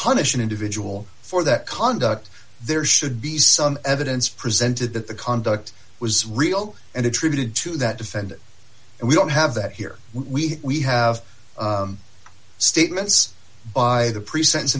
punish an individual for that conduct there should be some evidence presented that the conduct was real and attributed to that defendant and we don't have that here we have statements by the present